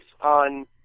on